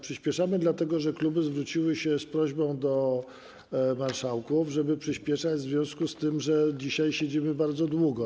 Przyspieszamy dlatego, że kluby zwróciły się z prośbą do marszałków, żeby przyspieszać w związku z tym, że dzisiaj siedzimy bardzo długo.